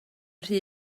rhy